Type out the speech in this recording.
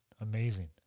amazing